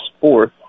fourth